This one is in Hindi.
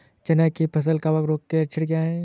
चना की फसल कवक रोग के लक्षण क्या है?